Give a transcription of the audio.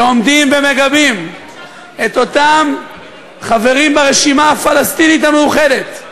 שעומדים ומגבים את אותם חברים ברשימה הפלסטינית המאוחדת,